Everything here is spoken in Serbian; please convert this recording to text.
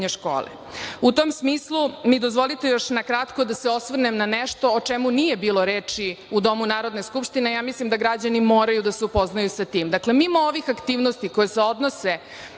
tom smislu mi dozvolite još nakratko da se osvrnem na nešto o čemu nije bilo reči u Domu Narodne skupštine, mislim da građani moraju da se upoznaju sa tim. Dakle, mimo ovih aktivnosti koje se odnose